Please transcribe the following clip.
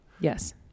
Yes